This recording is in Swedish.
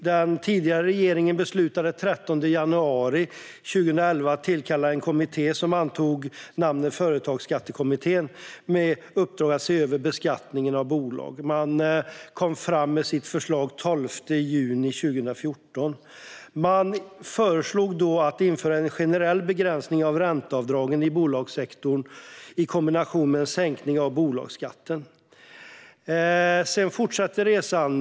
Den tidigare regeringen beslutade den 13 januari 2011 att tillkalla en kommitté, som antog namnet Företagsskattekommittén, med uppdrag att se över beskattningen av bolag. De kom med sitt förslag den 12 juni 2014. Man föreslog då att en generell begränsning av ränteavdrag i bolagssektorn i kombination med en sänkning av bolagsskatten skulle införas. Sedan fortsatte resan.